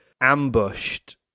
ambushed